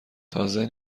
تازه